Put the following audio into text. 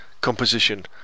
Composition